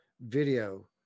video